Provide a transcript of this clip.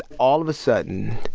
all of a sudden,